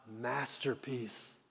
masterpiece